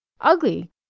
Ugly